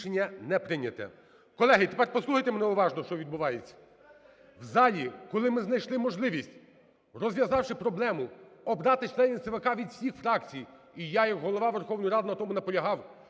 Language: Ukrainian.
Колеги, тепер послухайте мене уважно, що відбувається. В залі, коли ми знайшли можливість, розв'язавши проблему, обрати членів ЦВК від всіх фракцій, і я як Голова Верховної Ради на тому наполягав,